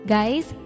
Guys